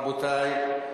רבותי.